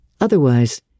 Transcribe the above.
Otherwise